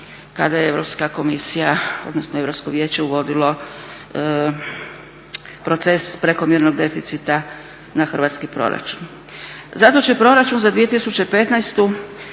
kada je Europska komisija odnosno Europsko vijeće uvodilo proces prekomjernog deficita na hrvatski proračun. Zato će proračun za 2015.